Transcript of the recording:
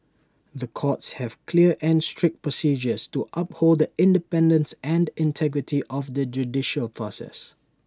the courts have clear and strict procedures to uphold The Independence and integrity of the judicial process